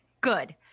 good